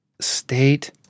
state